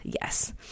Yes